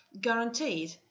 Guaranteed